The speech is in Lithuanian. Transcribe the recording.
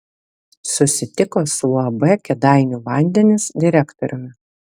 susitiko su uab kėdainių vandenys direktoriumi